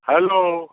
hello